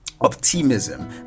optimism